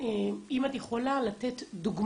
את הגול הזה של מה שנקרא